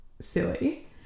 silly